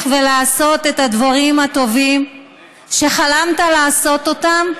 ולעשות את הדברים הטובים שחלמת לעשות אותם,